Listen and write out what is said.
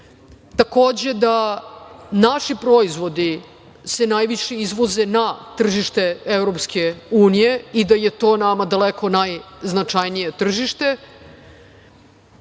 takođe da naši proizvodi se najviše izvoze na tržište Evropske unije i da je to nama daleko najznačajnije tržište,